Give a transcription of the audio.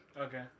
Okay